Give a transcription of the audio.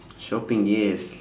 shopping yes